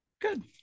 Good